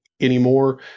anymore